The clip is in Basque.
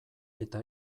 eta